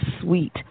Sweet